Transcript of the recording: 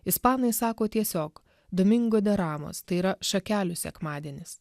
ispanai sako tiesiog domingo deramos tai yra šakelių sekmadienis